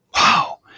wow